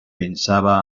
pensava